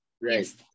Right